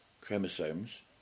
chromosomes